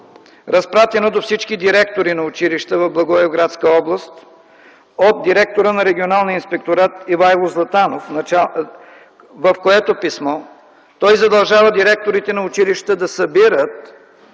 разпратено до всички директори на училища в Благоевградска област от директора на Регионалния инспекторат Ивайло Златанов, в което писмо той задължава директорите на училища да събират